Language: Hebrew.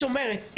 זאת אומרת,